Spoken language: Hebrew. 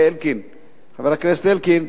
חבר הכנסת אלקין,